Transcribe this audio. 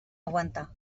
aguantar